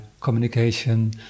communication